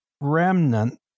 remnant